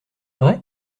vrai